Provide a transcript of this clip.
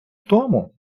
тому